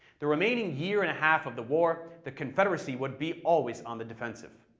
the remaining year and a half of the war, the confederacy would be always on the defensive.